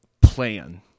plan